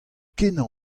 kenañ